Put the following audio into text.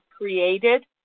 created